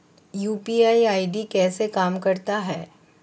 UPI ID कैसे काम करता है?